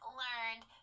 learned